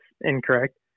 incorrect